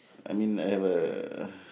I mean I have a